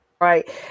Right